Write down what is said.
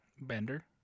Bender